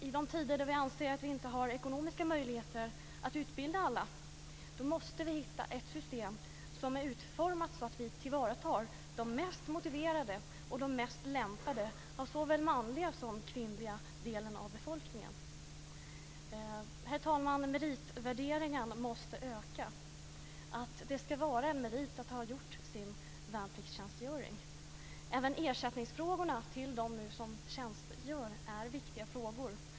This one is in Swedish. I de tider då vi anser att vi inte har ekonomiska möjligheter att utbilda alla måste vi hitta ett system som är utformat så att vi tillvaratar de mest motiverade och de mest lämpade av såväl den manliga som den kvinnliga delen av befolkningen. Herr talman! Meritvärderingen måste öka. Det ska vara en merit att ha gjort sin värnplikttjänstgöring. Även ersättningsfrågorna till dem som tjänstgör är viktiga.